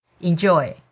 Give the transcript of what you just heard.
Enjoy